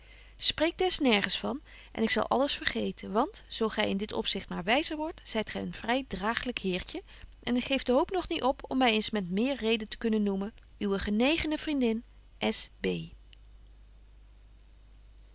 spreek des nergens van en ik zal alles vergeten want zo gy in dit opzicht maar wyzer wordt zyt gy een vry draaglyk heertje en ik geef de hoop nog niet op om my eens met meer reden te kunnen noemen uwe genegene vriendin